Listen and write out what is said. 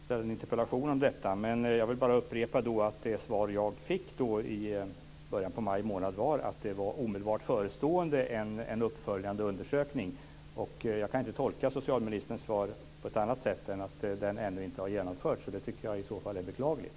Fru talman! Jag tar gärna upp detta i en interpellation. Jag vill då bara upprepa att det svar jag fick i början av maj månad var att en uppföljande undersökning var omedelbart förestående. Jag kan inte tolka socialministerns svar på annat sätt än att denna ännu inte har genomförts, och det tycker jag i så fall är beklagligt.